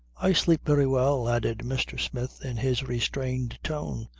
i sleep very well, added mr. smith in his restrained tone.